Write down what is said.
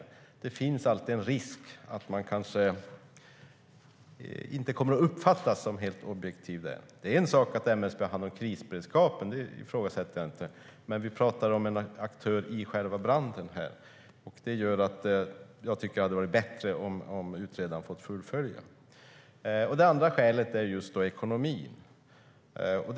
Det finns alltid en risk att man inte kommer att uppfattas som helt objektiv. Det är en sak att MSB har hand om krisberedskapen. Det ifrågasätter jag inte. Men vi pratar om en aktör i själva branden. Det gör att jag tycker att det hade varit bättre om utredaren fått fullfölja uppdraget. Det andra skälet är ekonomin.